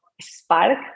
spark